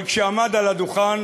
אבל כשעמד על הדוכן